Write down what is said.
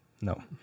No